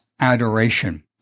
adoration